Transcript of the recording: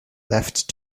left